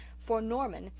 for norman,